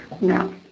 No